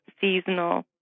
seasonal